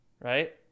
Right